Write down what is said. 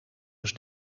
eens